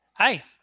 Hi